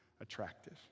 attractive